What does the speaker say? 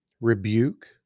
rebuke